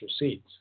receipts